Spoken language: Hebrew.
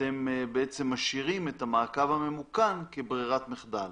אתם משאירים את המעקב הממוכן כברירת מחדל.